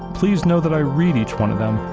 please know that i read each one of them,